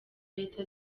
leta